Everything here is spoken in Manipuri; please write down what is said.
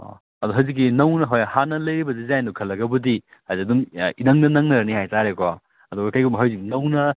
ꯑꯥ ꯑꯗꯨ ꯍꯧꯖꯤꯛꯀꯤ ꯅꯧꯅ ꯍꯣꯏ ꯍꯥꯟꯅ ꯂꯩꯔꯤꯕ ꯗꯤꯖꯥꯏꯟꯗꯨ ꯈꯜꯂꯒꯕꯨꯗꯤ ꯍꯥꯏꯗꯤ ꯑꯗꯨꯝ ꯏꯅꯪꯗ ꯅꯪꯅꯔꯅꯤ ꯍꯥꯏ ꯇꯥꯔꯦꯀꯣ ꯑꯗꯨꯒ ꯀꯔꯤꯒꯨꯝꯕ ꯍꯧꯖꯤꯛ ꯅꯧꯅ